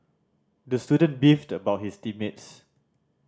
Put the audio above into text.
the student beefed about his team mates